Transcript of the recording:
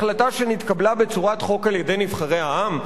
החלטה שנתקבלה בצורת חוק על-ידי נבחרי העם?"